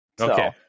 Okay